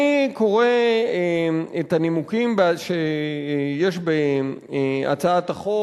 אני קורא את הנימוקים שיש בהצעת החוק